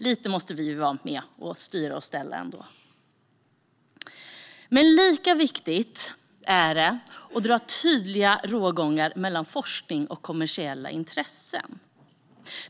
Lite måste vi vara med och styra och ställa ändå. Lika viktigt är det att hålla tydliga rågångar mellan forskning och kommersiella intressen.